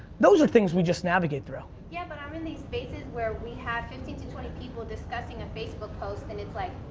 those are things we just navigate through. yeah, but i'm in these spaces where we have fifteen to twenty people discussing a facebook post and it's like,